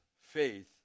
faith